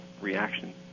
reaction